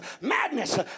Madness